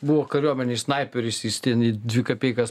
buvo kariuomenėj snaiperis jis ten į dvi kapeikas